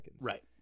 Right